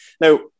Now